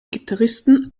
gitarristen